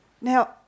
Now